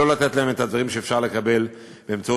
לא לתת להן את הדברים שאפשר לקבל באמצעות